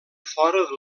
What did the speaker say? fora